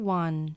one